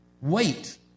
wait